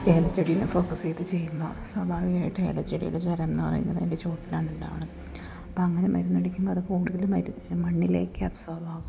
ഏലച്ചെടീനെ ഫോക്കസെയ്ത് ചെയ്യുന്ന സ്വാഭാവികായിട്ട് ഏലച്ചെടിയുടെ ജലം എന്ന് പറയുന്നത് അതിൻ്റെ ചോട്ടിലാണ് ഉണ്ടാവുന്നത് അപ്പം അങ്ങനെ മരുന്നടിക്കുമ്പോൾ അത് കൂടുതൽ മണ്ണിലേക്ക് അബ്സോർബ് ആകും